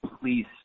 please